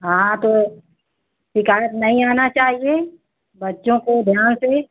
हाँ तो शिकायत नहीं आना चाहिए बच्चों को ध्यान से